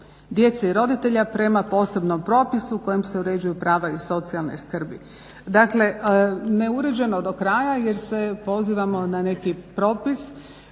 djece i roditelja prema posebnom propisu kojim se uređuju prava iz socijalne skrbi. Dakle, neuređeno do kraja jer se pozivamo na neki drugi